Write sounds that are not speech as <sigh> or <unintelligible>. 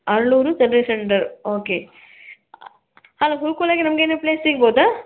Haralur <unintelligible> okay ಅಲ್ಲಿ ಉಳ್ಕೊಳಕ್ಕೆ ನಮಗೆ ಏನು ಪ್ಲೇಸ್ ಸಿಗ್ಬೋದಾ